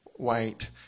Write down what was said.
white